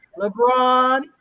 LeBron